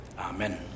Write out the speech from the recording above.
Amen